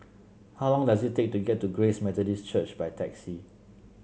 how long does it take to get to Grace Methodist Church by taxi